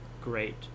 great